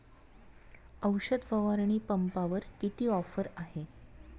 औषध फवारणी पंपावर किती ऑफर आहे?